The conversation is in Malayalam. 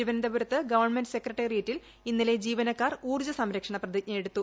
തിരുവനന്തപുരത്ത് ഗവൺമെന്റ് സെക്രട്ടറിയേറ്റിൽ ഇന്നലെ ജീവനക്കാർ ഊർജ്ജ സംരക്ഷണ പ്രതിജ്ഞ എടുത്തു